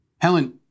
Helen